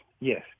yes